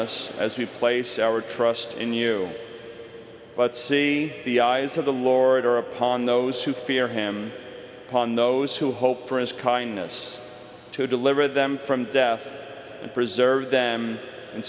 us as we place our trust in you but see the eyes of the lord are upon those who fear him upon those who hope for his kindness to deliver them from death and preserve them in